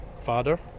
father